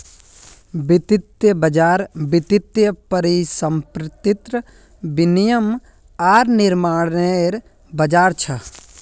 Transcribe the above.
वित्तीय बज़ार वित्तीय परिसंपत्तिर विनियम आर निर्माणनेर बज़ार छ